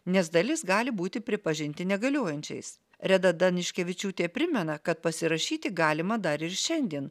nes dalis gali būti pripažinti negaliojančiais reda daniškevičiūtė primena kad pasirašyti galima dar ir šiandien